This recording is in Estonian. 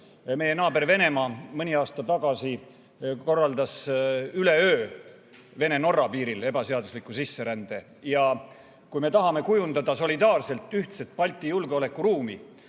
Meie naaber Venemaa mõni aasta tagasi korraldas üleöö Vene-Norra piiril ebaseadusliku sisserände. Kui me tahame kujundada solidaarselt ühtset Balti julgeolekuruumi,